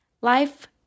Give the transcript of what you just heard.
Life